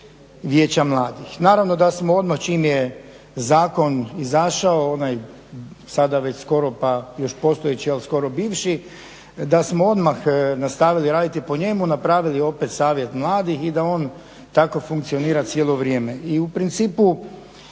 vijeća mladih. Naravno da smo odmah čim je zakon izašao, onaj sada već skoro pa još postojeći ali skoro bivši da smo odmah nastavili raditi po njemu, napravili opet savjet mladih i da on tako funkcionira cijelo vrijeme